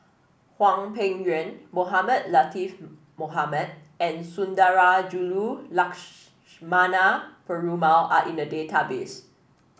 Hwang Peng Yuan Mohamed Latiff Mohamed and Sundarajulu Perumal are in the database